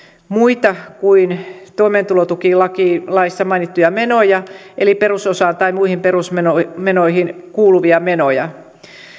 muita kuin toimeentulotukilaissa mainittuja menoja eli perusosaan tai muihin perusmenoihin kuuluvia menoja